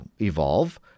evolve